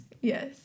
Yes